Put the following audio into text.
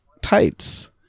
tights